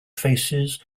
faces